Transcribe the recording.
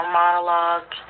monologue